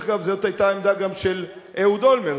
דרך אגב, זאת היתה העמדה גם של אהוד אולמרט.